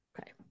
Okay